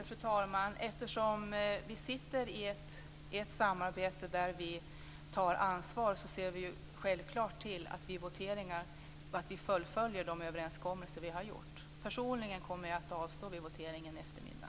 Fru talman! Eftersom vi sitter i ett samarbete där vi tar ansvar ser vi självklart till att vi vid voteringar fullföljer de överenskommelser som vi har gjort. Personligen kommer jag att avstå vid voteringen i eftermiddag.